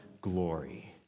glory